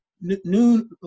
Noon